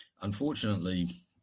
unfortunately